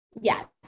Yes